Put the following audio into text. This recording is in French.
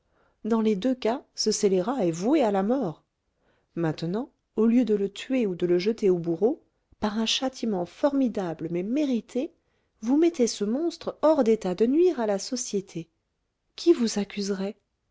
dans les deux cas ce scélérat est voué à la mort maintenant au lieu de le tuer ou de le jeter au bourreau par un châtiment formidable mais mérité vous mettez ce monstre hors d'état de nuire à la société qui vous accuserait